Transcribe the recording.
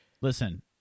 Listen